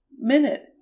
minute